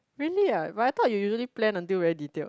really ah but I thought you usually plan until very detailed